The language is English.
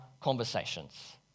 conversations